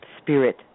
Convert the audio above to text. spirit